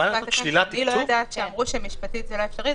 אני לא יודעת שאמרו שמשפטית זה לא אפשרי.